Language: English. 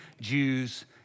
Jews